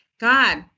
God